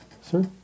sir